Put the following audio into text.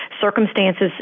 circumstances